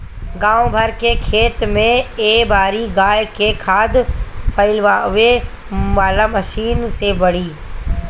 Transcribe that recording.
गाँव भर के खेत में ए बारी गाय के खाद फइलावे वाला मशीन से पड़ी